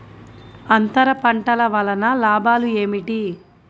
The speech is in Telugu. అంతర పంటల వలన లాభాలు ఏమిటి?